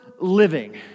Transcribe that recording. living